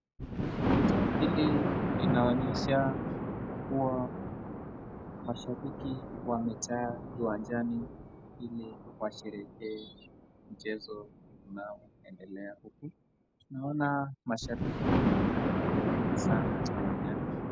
Mashabiki wamejaa uwajani ili washelekee mchezo unaondelea huku na ni wengi sana.